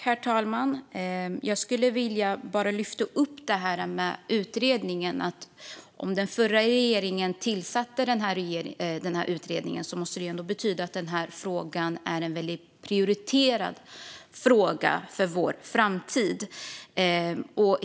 Herr talman! Jag skulle vilja lyfta upp detta med utredningen. Om den förra regeringen tillsatte denna utredning måste det ändå betyda att frågan är en väldigt prioriterad fråga för vår framtid.